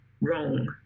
Wrong